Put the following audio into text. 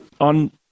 on